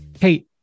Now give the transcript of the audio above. Hey